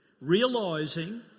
Realising